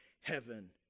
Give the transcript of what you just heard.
heaven